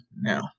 now